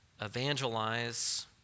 evangelize